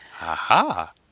Aha